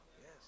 Yes